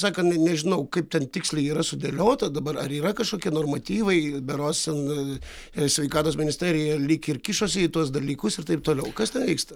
sakant nežinau kaip ten tiksliai yra sudėliota dabar ar yra kažkokie normatyvai berods ten sveikatos ministerija lyg ir kišasi į tuos dalykus ir taip toliau kas ten vyksta